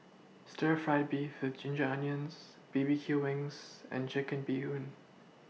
Stir Fried Beef with Ginger Onions B B Q Wings and Chicken Bee Hoon